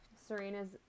Serena's